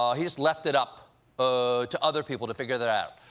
ah he just left it up ah to other people to figure that out.